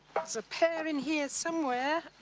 there's a pair in here somewhere.